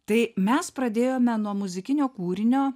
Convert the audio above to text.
tai mes pradėjome nuo muzikinio kūrinio